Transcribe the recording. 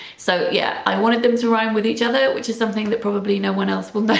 so yeah i wanted them to rhyme with each other, which is something that probably no one else will but